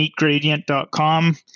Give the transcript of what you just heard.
meetgradient.com